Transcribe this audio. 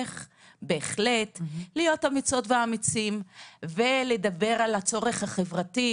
בהחלט להיות אמיצות ואמיצים ולדבר על הצורך החברתי,